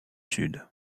sud